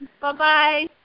Bye-bye